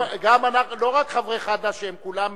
לא רק חברי חד"ש, כולם מלומדים,